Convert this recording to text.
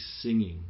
singing